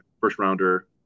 first-rounder